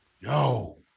Yo